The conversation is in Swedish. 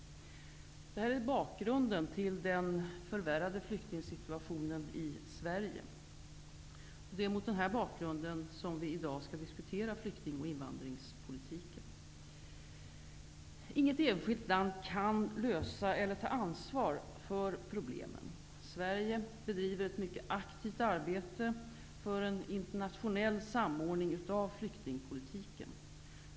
Det här är bakgrunden till den förvärrade flyk tingsituationen i Sverige. Det är mot den bak grunden vi i dag skall diskutera flykting och in vandringspolitiken. Inget enskilt land kan lösa eller ta ansvar för problemen. Sverige bedriver ett mycket aktivt ar bete för en internationell samordning av flykting politiken.